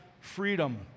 freedom